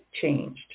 changed